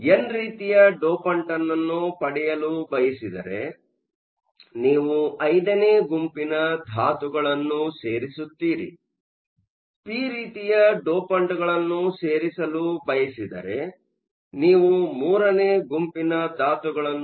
ನೀವು ಎನ್ ರೀತಿಯ ಡೋಪಂಟ್ ಅನ್ನು ಪಡೆಯಲು ಬಯಸಿದರೆ ನೀವು V ನೇ ಗುಂಪಿನ ಧಾತುಗಳನ್ನು ಸೇರಿಸುತ್ತೀರಿ ನೀವು ಪಿ ರೀತಿಯ ಡೋಪಂಟ್ಗಳನ್ನು ಸೇರಿಸಲು ಬಯಸಿದರೆ ನೀವು 3 ನೇ ಗುಂಪಿನ ಧಾತುಗಳನ್ನು ಸೇರಿಸುತ್ತೀರಿ